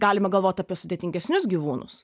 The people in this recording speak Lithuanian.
galima galvot apie sudėtingesnius gyvūnus